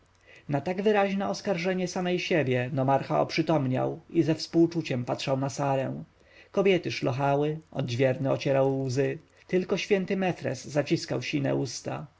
na tak wyraźne oskarżenie samej siebie nomarcha oprzytomniał i ze współczuciem patrzył na sarę kobiety szlochały odźwierny ocierał łzy tylko święty mefres zacinał sine usta